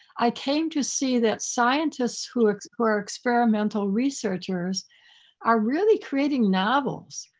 i came to see that scientists who who were experimental researchers are really creating novels.